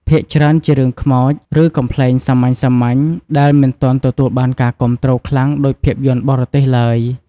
ភាគច្រើនជារឿងខ្មោច ឬកំប្លែងសាមញ្ញៗ ដែលមិនទាន់ទទួលបានការគាំទ្រខ្លាំងដូចភាពយន្តបរទេសឡើយ។